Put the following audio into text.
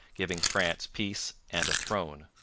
giving france peace and a throne.